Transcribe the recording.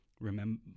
remember